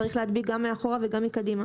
צריך להדביק גם מאחורה וגם מקדימה.